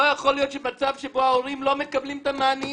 לא יכול להיות מצב שהורים לא מקבלים מענה,